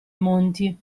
monti